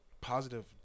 positive